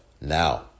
now